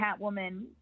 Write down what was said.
Catwoman